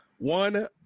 One